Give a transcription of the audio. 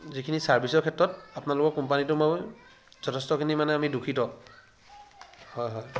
যিখিনি চাৰ্ভিছৰ ক্ষেত্ৰত আপোনালোকৰ কোম্পানিটো মই যথেষ্টখিনি মানে আমি দুঃখিত হয় হয়